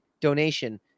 donation